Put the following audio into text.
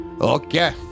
Okay